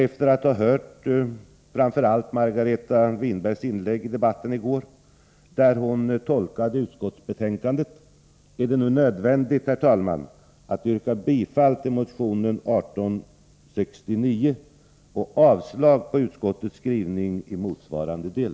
Efter att ha hört Margareta Winbergs inlägg i debatten i går, där hon tolkade utskottsbetänkandet, är det nu nödvändigt, herr talman, att yrka bifall till motion 1869 och avslag på utskottets skrivning i motsvarande del.